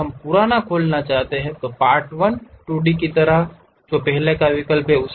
अगर हम पुराने को खोलना चाहते हैं तो Part1 2D की तरह एक विकल्प है